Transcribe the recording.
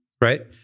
right